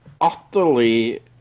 utterly